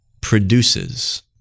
produces